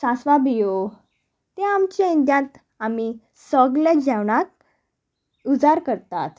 सांसव बियो ते आमचे इंडियंत आमी सगले जेवणाक उजार करतात